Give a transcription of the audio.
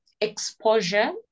exposure